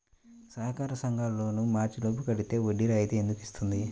సహకార సంఘాల లోన్ మార్చి లోపు కట్టితే వడ్డీ రాయితీ ఎందుకు ఇస్తుంది?